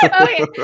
okay